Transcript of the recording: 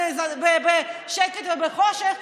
בשקט ובחושך,